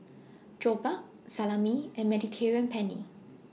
Jokbal Salami and Mediterranean Penne